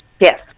Yes